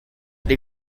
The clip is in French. les